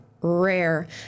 rare